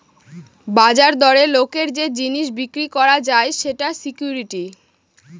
বাজার দরে লোকের যে জিনিস বিক্রি করা যায় সেটা সিকুইরিটি